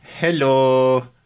Hello